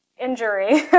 injury